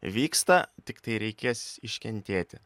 vyksta tiktai reikės iškentėti